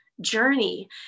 journey